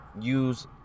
use